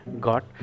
got